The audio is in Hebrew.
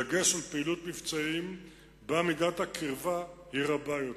בדגש על פעילות מבצעית שבה מידת הקירבה היא רבה יותר.